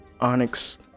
onyx